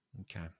Okay